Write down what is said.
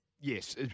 yes